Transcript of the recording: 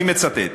אני מצטט: